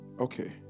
Okay